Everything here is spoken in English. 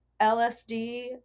LSD